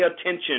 attention